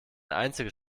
einziges